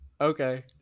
okay